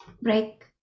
break